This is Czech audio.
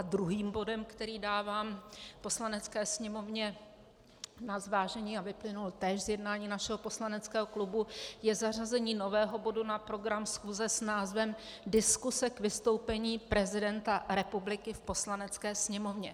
Druhým bodem, který dávám Poslanecké sněmovně na zvážení a vyplynul též z jednání našeho poslaneckého klubu, je zařazení nového bodu na program schůze s názvem Diskuse k vystoupení prezidenta republiky v Poslanecké sněmovně.